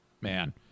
Man